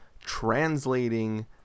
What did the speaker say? translating